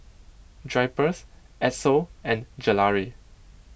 Drypers Esso and Gelare